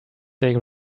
they